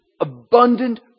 abundant